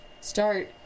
Start